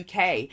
UK